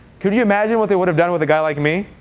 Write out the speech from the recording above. could you imagine what they would have done with a guy like me?